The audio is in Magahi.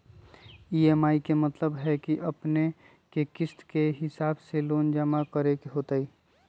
ई.एम.आई के मतलब है कि अपने के किस्त के हिसाब से लोन जमा करे के होतेई?